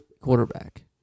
quarterback